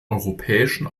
europäischen